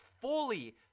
fully